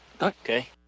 Okay